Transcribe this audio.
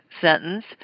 sentence